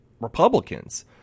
Republicans